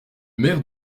maire